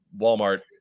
Walmart